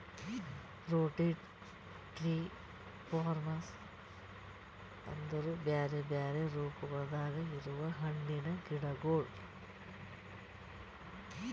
fruit tree form ಅಂದುರ್ ಬ್ಯಾರೆ ಬ್ಯಾರೆ ರೂಪಗೊಳ್ದಾಗ್ ಇರವು ಹಣ್ಣಿನ ಗಿಡಗೊಳ್